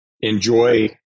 enjoy